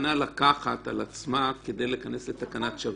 מוכנה לקחת על עצמה כדי להיכנס לתקנת שבים.